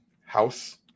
house